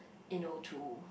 you know to